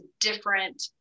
different